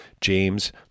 James